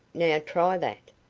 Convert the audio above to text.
now try that.